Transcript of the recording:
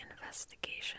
investigation